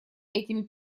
этими